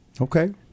Okay